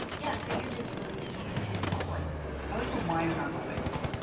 yes. so you're just really open to all wines. i like the wine and not the label.